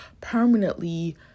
permanently